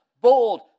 bold